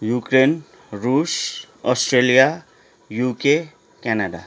Ukraine रुस Australia UK Canada